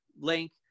link